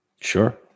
Sure